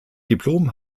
diplom